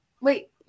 wait